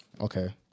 Okay